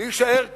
להישאר כאן,